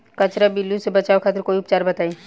कजरा पिल्लू से बचाव खातिर कोई उपचार बताई?